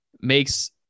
makes